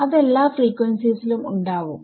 അത് എല്ലാ ഫ്രീക്വൻസീസിലും ഉണ്ടാവും